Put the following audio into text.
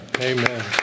Amen